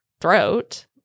throat